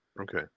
Okay